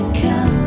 come